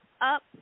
up